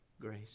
grace